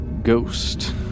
ghost